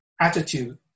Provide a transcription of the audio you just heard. attitude